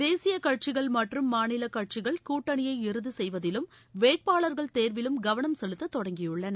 தேசிய கட்சிகள் மற்றும் மாநில கட்சிகள் கூட்டணியை இறுதி செய்வதிலும் வேட்பாளர்கள் தேர்விலும் கவனம் செலுத்த தொடங்கியுள்ளன